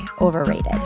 overrated